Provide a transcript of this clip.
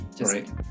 Right